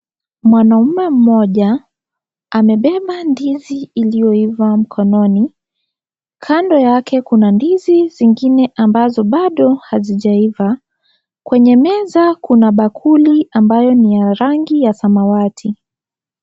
Mwanaume mmoja amebeba ndizi iliyoiva mkononi, kando yake Kuna ndizi ingine ambazo Bado hazijeiva Kwenye meza Kuna bakuli ambayo ni ya rangi ya samawati.